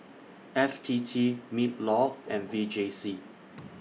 F T T MINLAW and V J C